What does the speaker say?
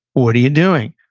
what are you doing?